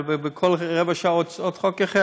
וכל רבע שעה עוד חוק אחר,